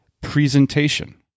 presentation